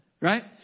Right